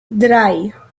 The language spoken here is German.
drei